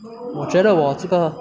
我觉得我这个